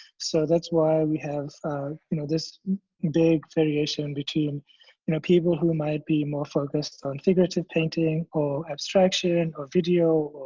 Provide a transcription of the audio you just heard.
so that's why we have you know this big variation between you know people who might be more focused on figurative painting or abstraction and or video,